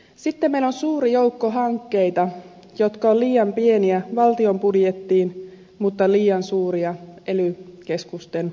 sitten meillä on suuri joukko hankkeita jotka ovat liian pieniä valtion budjettiin mutta liian suuria ely keskusten rahoitettaviksi